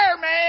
man